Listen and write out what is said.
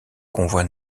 convoi